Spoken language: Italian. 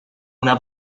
una